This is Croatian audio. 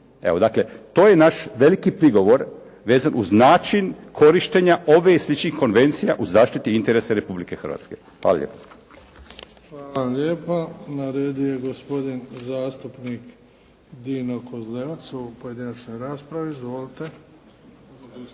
Evo dakle, to je naš veliki prigovor vezan uz način korištenja ove i sličnih konvencija u zaštiti interesa Republike Hrvatske. Hvala lijepo. **Bebić, Luka (HDZ)** Hvala lijepa. Na redu je gospodin zastupnik Dino Kozlevac u ovoj pojedinačnoj raspravi. Izvolite.